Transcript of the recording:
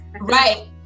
Right